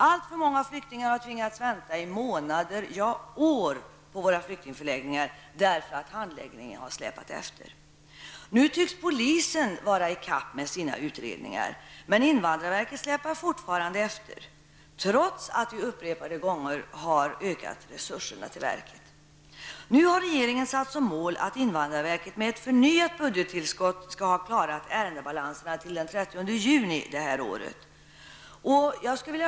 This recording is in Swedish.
Alltför många flyktingar har tvingats vänta i månader, t.o.m. år, på våra flyktingförläggningar därför att handläggningen har släpat efter. Nu tycks polisen vara i kapp med sina utredningar, men invandrarverket släpar fortfarande efter trots att vi upprepade gånger har ökat verkets resurser. Nu har regeringen satt som mål att invandrarverket med ett förnyat budgettillskott skall ha klarat ärendebalanserna till den 30 juni i år.